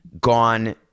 gone